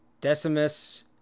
Decimus